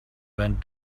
went